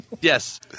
Yes